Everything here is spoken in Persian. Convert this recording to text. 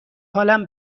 حالم